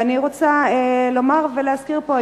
ואני רוצה לומר ולהזכיר פה,